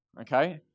Okay